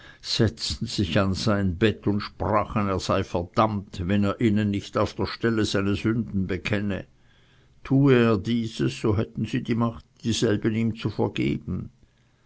setzten sich an sein bett und sprachen er sei verdammt wenn er ihnen nicht auf der stelle seine sünden bekenne tue er dieses so hätten sie die macht dieselben ihm zu vergeben